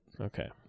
Okay